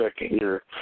second-year